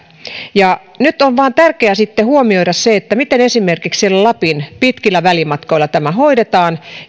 nyt on vain tärkeä huomioida se miten esimerkiksi siellä lapin pitkillä välimatkoilla tämä hoidetaan